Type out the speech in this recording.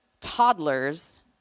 toddlers